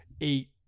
eight